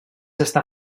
està